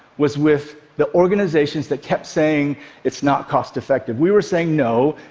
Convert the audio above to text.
was with the organizations that kept saying it's not cost-effective. we were saying, no,